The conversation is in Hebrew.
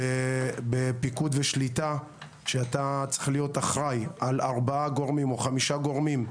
בפיקוד ושליטה שאתה צריך להיות אחראי על ארבעה גורמים או חמישה גורמים,